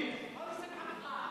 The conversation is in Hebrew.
מה לשמחתך?